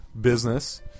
business